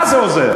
מה זה עוזר?